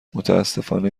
متاسفانه